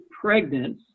pregnant